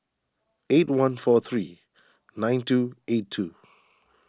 eight one four three nine two eight two